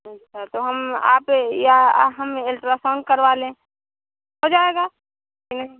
अच्छा तो हम आप या हम एल्ट्रासाउन्ड करवा लें हो जाएगा कि नहीं